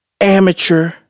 Amateur